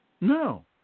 No